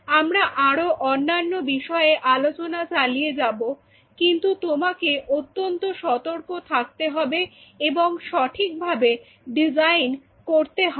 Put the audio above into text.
আমরা আরো অন্যান্য বিষয়ে আলোচনা চালিয়ে যাব কিন্তু তোমাকে অত্যন্ত সতর্ক থাকতে হবে এবং সঠিকভাবে ডিজাইন করতে হবে